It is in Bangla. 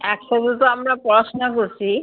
একসঙ্গে তো আমরা পড়াশোনা করছি